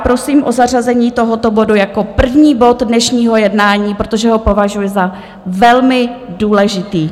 Prosím o zařazení tohoto bodu jako první bod dnešního jednání, protože ho považuji za velmi důležitý.